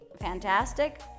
fantastic